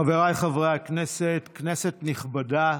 חבריי חברי הכנסת, כנסת נכבדה,